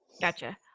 Gotcha